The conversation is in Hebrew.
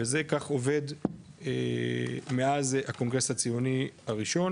וזה כך עובד מאז הקונגרס הציוני הראשון.